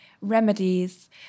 remedies